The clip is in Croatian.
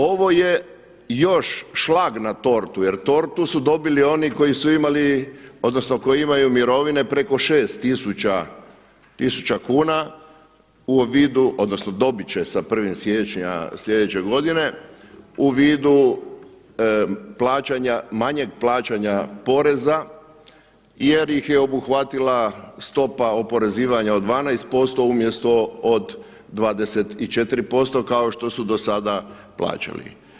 Ovo je još šlag na tortu, jer tortu su dobili oni koji imali, odnosno koji imaju mirovine preko 6000 kuna u vidu, odnosno dobit će sa 1. siječnja sljedeće godine u vidu plaćanja manjeg plaćanja poreza jer ih je obuhvatila stopa oporezivanja od 12% umjesto od 24% kao što su do sada plaćali.